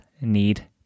need